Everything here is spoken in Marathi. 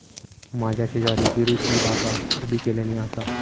माझ्या शेजारी पेरूची बागा उभी केल्यानी आसा